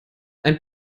ein